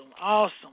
Awesome